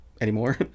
anymore